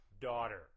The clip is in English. daughter